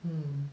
mm